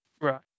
Right